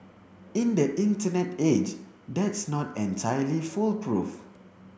in the Internet age that's not entirely foolproof